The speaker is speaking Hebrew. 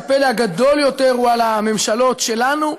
שהפלא הגדול יותר הוא על הממשלות שלנו,